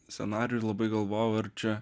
scenarijų labai galvojau ar čia